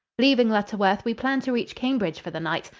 leaving lutterworth, we planned to reach cambridge for the night.